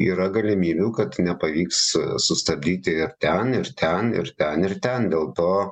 yra galimybių kad nepavyks sustabdyti ir ten ir ten ir ten ir ten dėl to